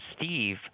Steve